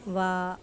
वा